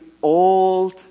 old